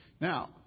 Now